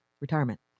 retirement